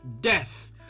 death